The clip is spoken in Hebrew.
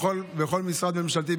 בכל משרד ממשלתי,